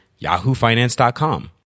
yahoofinance.com